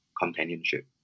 companionship